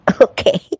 Okay